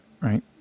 Right